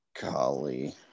Golly